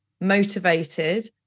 motivated